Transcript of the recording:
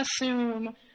assume